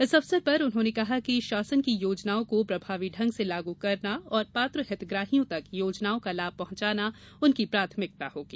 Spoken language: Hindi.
इस अवसर पर उन्होंने कहा कि शासन की योजनाओं को प्रभावी ढंग से लागू करना और पात्र हितग्राहियों तक योजनाओं का लाभ पहुंचाना उनकी प्राथमिकता होगी